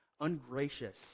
ungracious